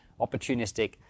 opportunistic